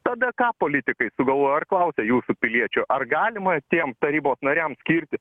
tada ką politikai sugalvojo ar klausė jūsų piliečio ar galima tiem tarybos nariam skirti